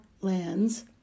lands